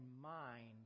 mind